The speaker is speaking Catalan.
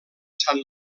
sant